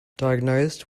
diagnosed